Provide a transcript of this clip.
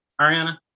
Ariana